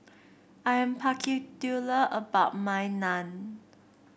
I am particular about my Naan